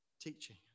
teaching